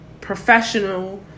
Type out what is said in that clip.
professional